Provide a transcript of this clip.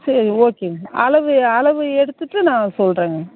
சரி ஓகேங்க அளவு அளவு எடுத்துவிட்டு நான் சொல்லுறேங்க